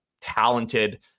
talented